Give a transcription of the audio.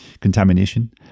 contamination